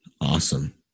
Awesome